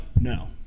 no